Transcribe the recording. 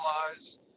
realize